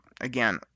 again